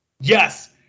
Yes